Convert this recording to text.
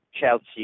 Chelsea